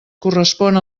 correspon